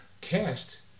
cast